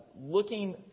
looking